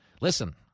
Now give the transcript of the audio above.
listen